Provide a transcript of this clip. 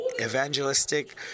Evangelistic